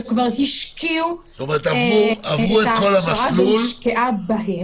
שכבר השקיעו את ההכשרה שהושקעה בהם.